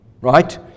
right